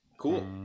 cool